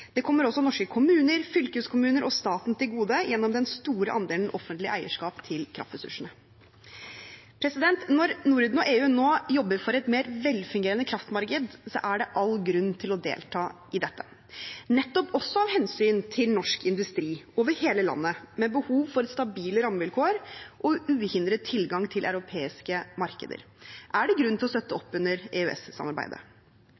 Det kommer også norske kommuner, fylkeskommuner og staten til gode gjennom den store andelen offentlig eierskap til kraftressursene. Når Norden og EU nå jobber for et mer velfungerende kraftmarked, er det all grunn til å delta i dette. Nettopp også av hensyn til norsk industri over hele landet med behov for stabile rammevilkår og uhindret tilgang til europeiske markeder, er det grunn til å støtte